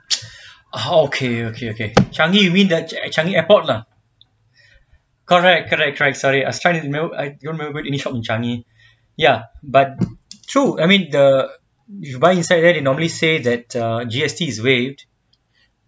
ah okay okay okay Changi village Changi airport lah correct correct correct sorry I was try to remember I you all remember any shop in Changi ya but true I mean the you buy inside right you normally save that uh G_S_T is waived